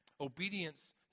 Obedience